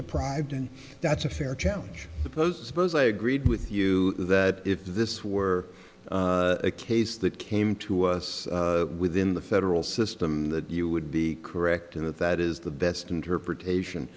deprived and that's a fair challenge the post suppose i agreed with you that if this were a case that came to us within the federal system that you would be correct to that that is the best interpretation